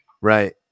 right